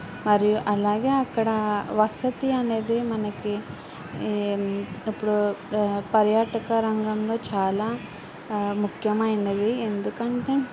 మరియు అలాగే అక్కడ వసతి అనేది మనకి ఈ ఇప్పుడు పర్యాటక రంగంలో చాలా ముఖ్యమైనది ఎందుకంటే